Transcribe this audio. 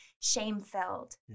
shame-filled